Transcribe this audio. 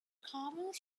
carvings